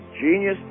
genius